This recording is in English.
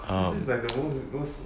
this this is like the most most